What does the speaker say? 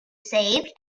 saved